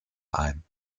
ein